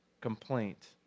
complaint